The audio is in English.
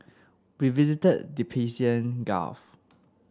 we visited the Persian Gulf